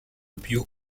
biot